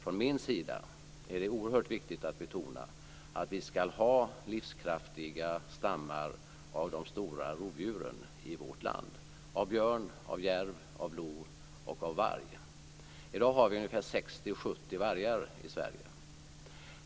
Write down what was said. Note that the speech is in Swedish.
Från min sida är det oerhört viktigt att betona att vi ska ha livskraftiga stammar av de stora rovdjuren i vårt land - av björn, av järv, av lo och av varg. I dag har vi 60-70 vargar i Sverige.